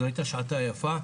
זו הייתה שעתה היפה.